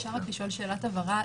אפשר לשאול שאלת הבהרה?